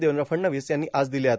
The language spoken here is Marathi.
देवेंद्र फडणवीस यांनी आज दिल्यात